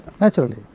Naturally